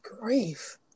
grief